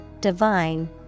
divine